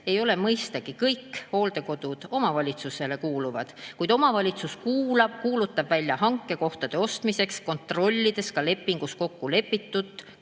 ei ole kõik hooldekodud omavalitsustele kuuluvad, kuid omavalitsus kuulutab välja hanked kohtade ostmiseks, kontrollides ka lepingus kokkulepitut